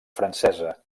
francesa